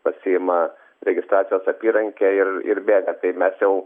pasiima registracijos apyrankę ir ir bėga tai mes jau